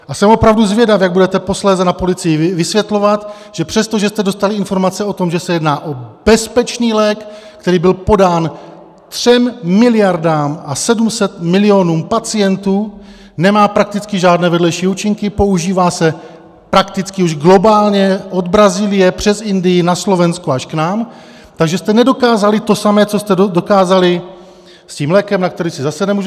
A jsem opravdu zvědav, jak budete posléze na policii vysvětlovat, že přestože jste dostali informace o tom, že se jedná o bezpečný lék, který byl podán 3 miliardám a 700 milionům pacientů, nemá prakticky žádné vedlejší účinky, používá se prakticky už globálně od Brazílie přes Indii, na Slovensku až k nám, takže jste nedokázali to samé, co jste dokázali s tím lékem, na který si zase nemůžu vzpomenout...